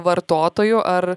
vartotojų ar